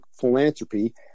philanthropy